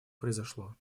произошло